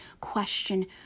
question